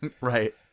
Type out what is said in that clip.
Right